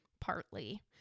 partly